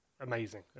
amazing